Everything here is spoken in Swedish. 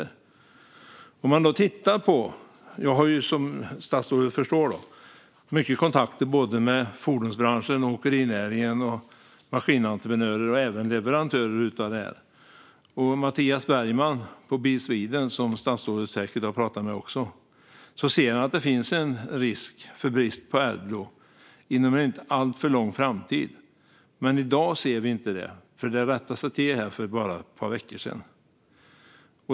Som statsrådet förstår har jag mycket kontakter med fordonsbranschen, åkerinäringen, maskinentreprenörer och även leverantörer av detta. Mattias Bergman på Bil Sweden, som statsrådet säkert också har pratat med, säger att man ser en risk för brist på Adblue inom en inte alltför lång framtid. Men i dag ser vi inte det, säger han, för det rättades till för bara ett par veckor sedan.